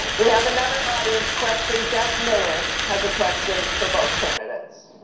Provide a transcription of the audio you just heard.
we have another audience question. beth miller has a question for both candidates.